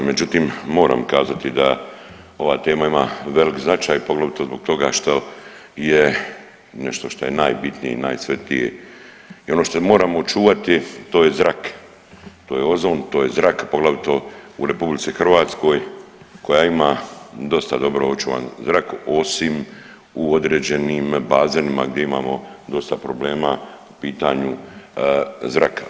Međutim, moram kazati da ova tema ima velik značaj poglavito zbog toga što je nešto što je najbitnije i najsvetije i ono što moramo čuvati to je zrak, to je ozon, to je zrak poglavito u Republici Hrvatskoj koja ima dosta dobro očuvan zrak osim u određenim bazenima gdje imamo dosta problema po pitanju zraka.